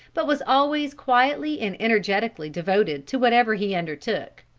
but was always quietly and energetically devoted to whatever he undertook.